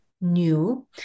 new